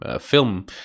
film